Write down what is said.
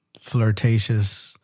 flirtatious